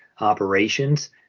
operations